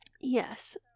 Yes